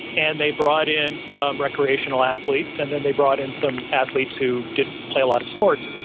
and they brought in some recreational athletes, and then they brought in some athletes who didn't play a lot of sports.